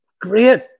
Great